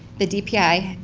the dpi,